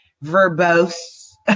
verbose